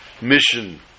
mission